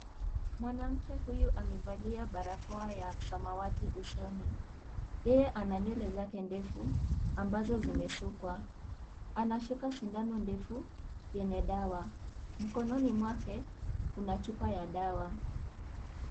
Mwanamke huyu amevalia barakoa ya samawati usoni. Yeye ana nywele zake ndefu ambze zimesukwa. Anashika sindano ndefu yenye dawa. Mkononi mwake kuna chupa ya dawa.